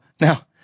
Now